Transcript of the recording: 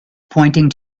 pointing